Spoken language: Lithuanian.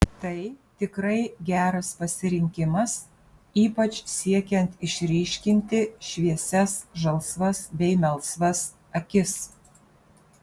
tai tikrai geras pasirinkimas ypač siekiant išryškinti šviesias žalsvas bei melsvas akis